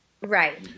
Right